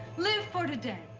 live for the day!